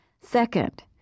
Second